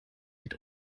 mit